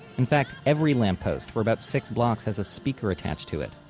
in fact, every lamp post for about six blocks has a speaker attached to it,